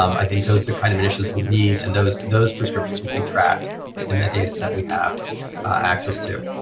um i think those are the kind of initiatives we need and those those prescriptions will be tracked in that data set we have access to.